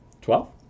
Twelve